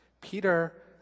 peter